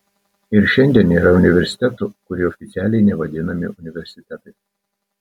ir šiandien yra universitetų kurie oficialiai nevadinami universitetais